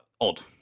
odd